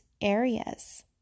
areas